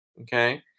Okay